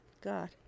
God